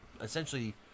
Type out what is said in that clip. essentially